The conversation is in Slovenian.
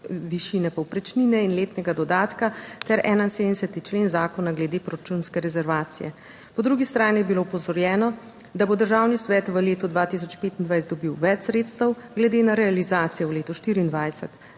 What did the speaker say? višine povprečnine in letnega dodatka ter 71. člen zakona glede proračunske rezervacije. Po drugi strani je bilo opozorjeno, da bo Državni svet v letu 2025 dobil več sredstev glede na realizacijo v letu 2024.